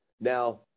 Now